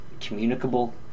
communicable